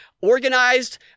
organized